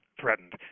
threatened